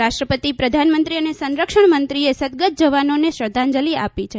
રાષ્ટ્રપતિ પ્રધાનમંત્રી અને સંરક્ષણમંત્રીએ સદગત જવાનોને શ્રઘ્ધાંજલિ આપી છે